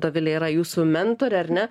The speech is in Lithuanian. dovilė yra jūsų mentorė ar ne